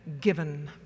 given